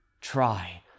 try